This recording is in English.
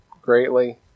greatly